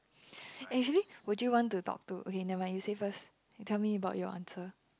actually would you want to talk to okay never mind you say first you tell me about your answer